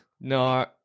No